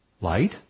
Light